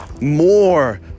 more